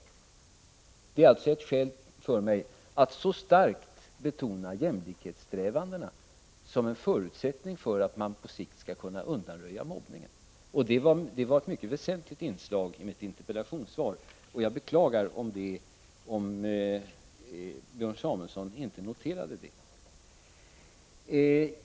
Detta är alltså ett skäl för mig att så starkt betona jämlikhetssträvandena som en förutsättning för att man på sikt skall kunna undanröja mobbningen. Det var ett mycket väsentligt inslag i mitt interpellationssvar. Jag beklagar om Björn Samuelson inte noterade det.